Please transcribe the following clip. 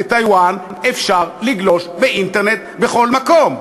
בטייוואן אפשר לגלוש באינטרנט בכל מקום.